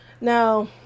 Now